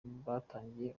batangarira